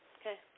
okay